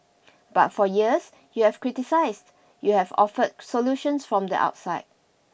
but for years you have criticised you have offered solutions from the outside